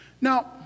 Now